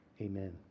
Amen